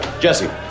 Jesse